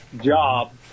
job